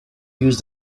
use